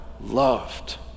loved